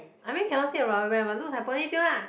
I mean cannot see the rubber band but looks like ponytail lah